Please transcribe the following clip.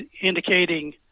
indicating